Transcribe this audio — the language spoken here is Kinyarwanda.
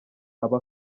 aba